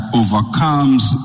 overcomes